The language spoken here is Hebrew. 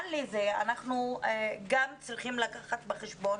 אנחנו גם צריכים לקחת בחשבון